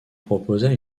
proposa